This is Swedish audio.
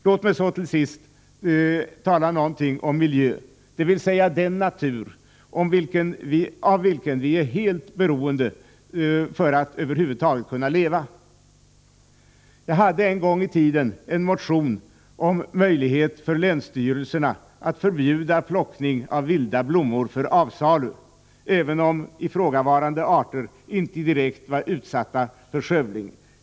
Låt mig så till sist tala något om miljön, dvs. den natur som vi är helt beroende av för att över huvud taget kunna leva. Jag väckte en gång i tiden en motion om möjlighet för länsstyrelserna att förbjuda plockning av vilda blommor för avsalu, även om ifrågavarande arter inte direkt var utsatta för skövling.